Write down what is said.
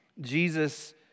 Jesus